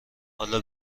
حالا